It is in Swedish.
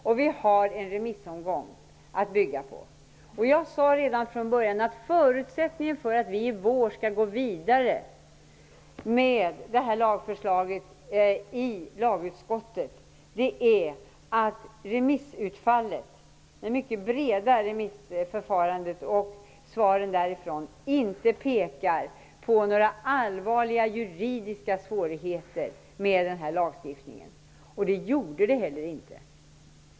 Och vi har en remissomgång att bygga på. Jag sade redan från början att förutsättningen för att vi under denna vår skulle gå vidare med lagförslaget i lagutskottet var att remissutfallet av det mycket breda remissförfarandet inte pekade på några allvarliga juridiska svårigheter med denna lagstiftning. Det gjorde det heller inte.